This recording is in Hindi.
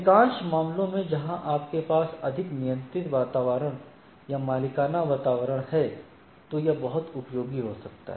अधिकांश मामलों में जहां आपके पास अधिक नियंत्रित वातावरण या मालिकाना वातावरण है तो यह बहुत उपयोगी हो सकता है